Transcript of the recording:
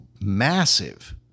massive